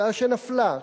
הצעה שנפלה,